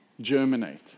germinate